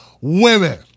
women